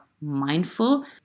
mindful